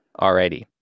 Alrighty